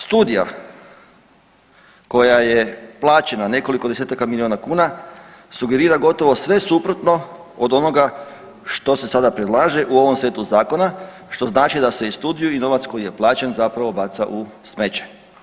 Studija koja je plaćena nekoliko desetaka milijuna kuna sugerira gotovo sve suprotno od onoga što se sada predlaže u ovom setu zakona, što znači da se studiju i novac koji je plaće zapravo baca u smeće.